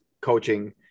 coaching